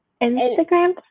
Instagram